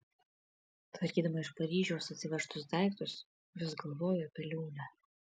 tvarkydama iš paryžiaus atsivežtus daiktus vis galvojo apie liūnę